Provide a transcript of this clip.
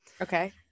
Okay